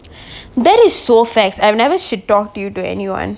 that is so facts I've never should talk to you or anyone